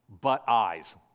but-eyes